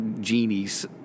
genies